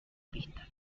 pista